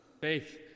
Faith